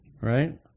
right